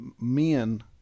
men